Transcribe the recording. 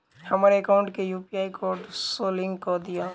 हमरा एकाउंट केँ UPI code सअ लिंक कऽ दिऽ?